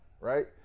right